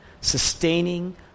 sustaining